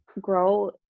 grow